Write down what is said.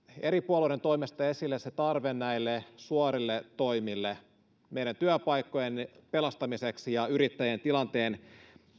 eri puolueiden toimesta esille se tarve näille suorille toimille meidän työpaikkojen pelastamiseksi ja yrittäjien tilanteen